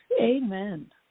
amen